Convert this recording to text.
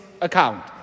account